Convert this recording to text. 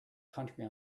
country